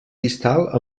distal